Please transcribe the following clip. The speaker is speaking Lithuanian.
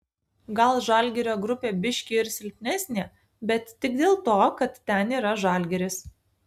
gal žalgirio grupė biški ir silpnesnė bet tik dėl to kad ten yra žalgiris